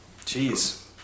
Jeez